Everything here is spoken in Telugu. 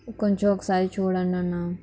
కొంచెం ఒకసారి చూడండి అన్న